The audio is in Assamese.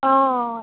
অঁ